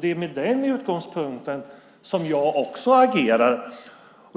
Det är med den utgångspunkten jag också agerar.